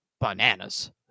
bananas